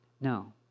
No